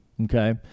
okay